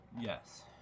Yes